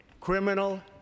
criminal